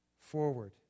forward